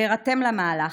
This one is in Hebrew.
להירתם למהלך.